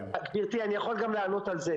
אני יכול לענות גם על זה,